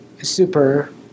super